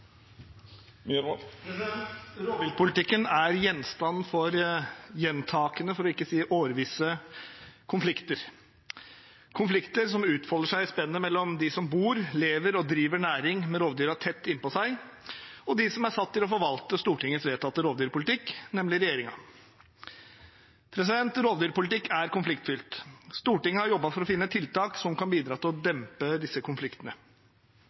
Rovviltpolitikken er gjenstand for gjentakende, for ikke å si årvisse, konflikter, konflikter som utfolder seg i spennet mellom de som bor, lever og driver næring med rovdyra tett innpå seg, og de som er satt til å forvalte Stortingets vedtatte rovdyrpolitikk, nemlig regjeringen. Rovdyrpolitikk er konfliktfylt. Stortinget har jobbet for å finne tiltak som kan bidra til å dempe disse konfliktene.